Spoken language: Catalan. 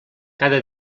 cada